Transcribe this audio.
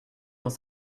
dans